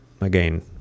again